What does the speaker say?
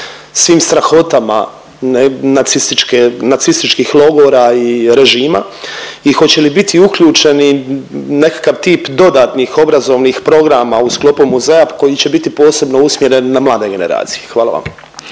svim strahotama nacističke, nacističkih logora i režima i hoće li biti uključeni nekakav tip dodatnih obrazovnih programa u sklopu muzeja koji će biti posebno usmjereni na mlade generacije. Hvala vam.